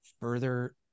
Further